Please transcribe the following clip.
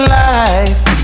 life